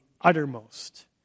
uttermost